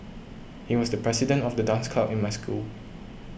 he was the president of the dance club in my school